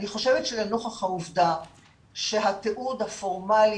אני חושבת שלנוכח העובדה שהתיעוד הפורמלי